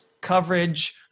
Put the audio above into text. coverage